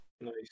Nice